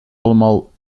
allemaal